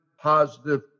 positive